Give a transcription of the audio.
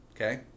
okay